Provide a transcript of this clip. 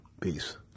Peace